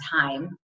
time